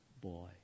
boy